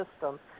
system